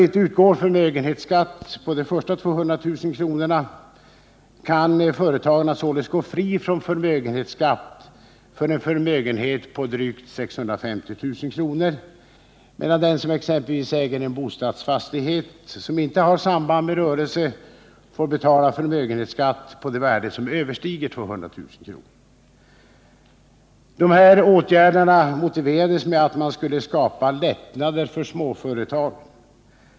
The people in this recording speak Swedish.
Eftersom förmögenhetsskatt inte utgår på de första 200 000 kronorna, kan företagaren således gå fri från förmögenhetsskatt för en förmögenhet på drygt 650 000 kr., medan den som t.ex. har en bostadsfastighet utan samband med rörelse får betala förmögenhetsskatt på det värde som överstiger 200 000 kr. Den här åtgärden motiverades med att raan skulle skapa lättnader för småföretagen.